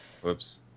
Whoops